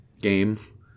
game